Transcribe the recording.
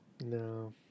No